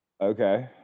Okay